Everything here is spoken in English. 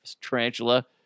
tarantula